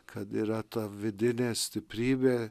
kad yra ta vidinė stiprybė